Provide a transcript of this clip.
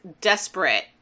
desperate